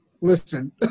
listen